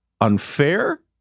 Unfair